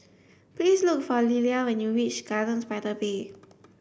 please look for Lelia when you reach Gardens by the Bay